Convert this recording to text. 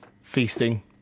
feasting